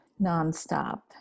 nonstop